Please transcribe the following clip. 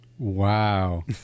Wow